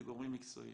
לגורמים מקצועיים.